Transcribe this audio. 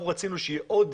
אנחנו רצינו שיהיה עוד